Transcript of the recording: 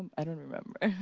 i don't remember.